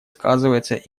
сказывается